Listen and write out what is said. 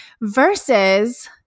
versus